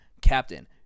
Captain